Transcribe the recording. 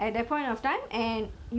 you go do record lah